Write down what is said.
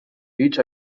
each